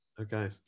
okay